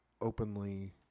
openly